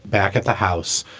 back at the house.